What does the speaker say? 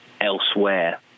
elsewhere